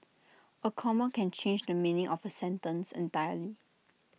A comma can change the meaning of A sentence entirely